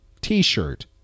t-shirt